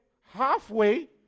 halfway